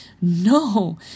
no